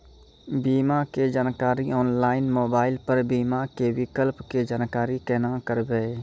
बीमा के जानकारी ऑनलाइन मोबाइल पर बीमा के विकल्प के जानकारी केना करभै?